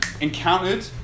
encountered